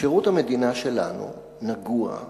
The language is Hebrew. שירות המדינה שלנו נגוע,